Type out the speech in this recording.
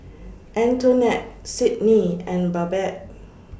Antonette Sydnie and Babette